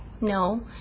No